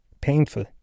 painful